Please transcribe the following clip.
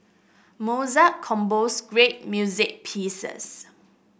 Mozart composed great music pieces